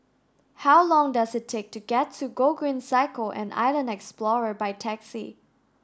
how long does it take to get to Gogreen Cycle and Island Explorer by taxi